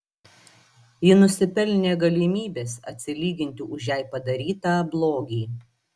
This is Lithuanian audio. ji nusipelnė galimybės atsilyginti už jai padarytą blogį